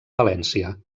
valència